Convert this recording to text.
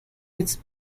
its